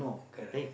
correct